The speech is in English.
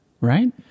right